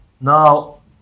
Now